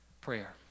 Prayer